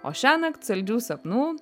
o šiąnakt saldžių sapnų